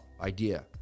idea